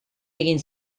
egin